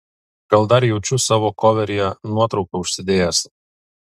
gal dar jaučiu savo koveryje nuotrauką užsidėjęs